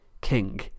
King